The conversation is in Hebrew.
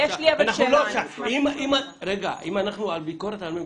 אם אנחנו בביקורת על הממשלה,